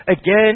again